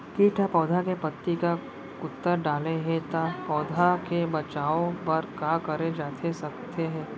किट ह पौधा के पत्ती का कुतर डाले हे ता पौधा के बचाओ बर का करे जाथे सकत हे?